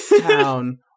town